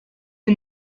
est